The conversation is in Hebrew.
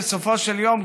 בסופו של יום,